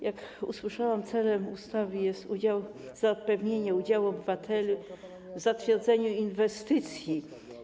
Jak usłyszałam, celem ustawy jest udział, zapewnienie udziału obywateli w zatwierdzaniu inwestycji.